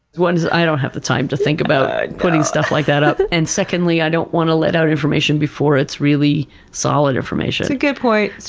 one is, i don't have the time to think about putting stuff like that up. and secondly, i don't want to let out information before it's really solid information. that's a good point.